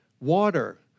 water